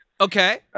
Okay